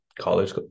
college